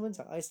orh